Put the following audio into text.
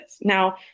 Now